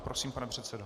Prosím, pane předsedo.